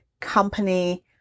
company